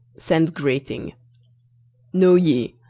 send greeting know ye,